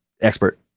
expert